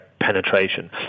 penetration